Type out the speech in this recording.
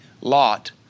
Lot